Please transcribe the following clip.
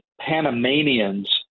panamanians